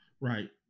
Right